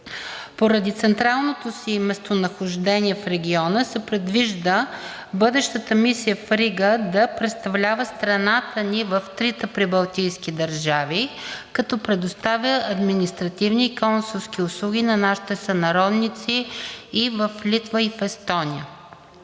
Поради централното си местонахождение в региона се предвижда бъдещата мисия в Рига да представлява страната ни в трите прибалтийски държави, като предоставя административни и консулски услуги на нашите сънародници и в Литва, и в Естония.